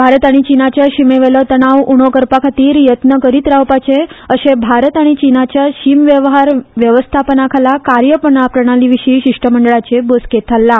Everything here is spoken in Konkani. भारत आनी चीनाच्या शीमेवेलो तणाव उणो करपाखातीर यत्न करीत रावपाचे अशे भारत आनी चीनाच्या शीम वेव्हार व्यवस्थेखाला कार्यप्रणालीविशी शिष्टमंडळाचे बसकेत थारला